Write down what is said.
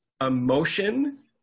emotion